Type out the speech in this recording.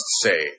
say